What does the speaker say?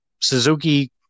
Suzuki